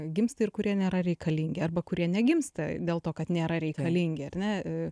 gimsta ir kurie nėra reikalingi arba kurie negimsta dėl to kad nėra reikalingi ar ne